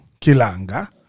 Kilanga